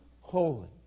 holy